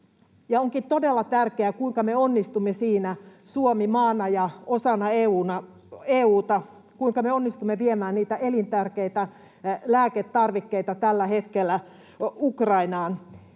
onkin todella tärkeää, kuinka me onnistumme siinä, Suomi maana ja osana EU:ta, että kuinka me onnistumme viemään niitä elintärkeitä lääketarvikkeita tällä hetkellä Ukrainaan.